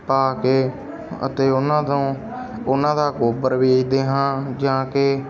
ਪਾ ਕੇ ਅਤੇ ਉਹਨਾਂ ਤੋਂ ਉਹਨਾਂ ਦਾ ਗੋਬਰ ਵੇਚਦੇ ਹਾਂ ਜਾਂ ਕਿ